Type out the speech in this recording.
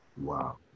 Wow